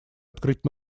открыть